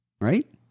right